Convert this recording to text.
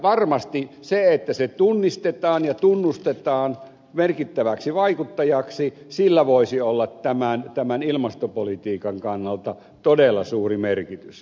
varmasti sillä että se tunnistetaan ja tunnustetaan merkittäväksi vaikuttajaksi voisi olla tämän ilmastopolitiikan kannalta todella suuri merkitys